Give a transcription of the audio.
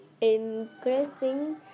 increasing